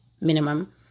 minimum